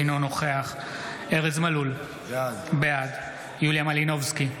אינו נוכח ארז מלול, בעד יוליה מלינובסקי,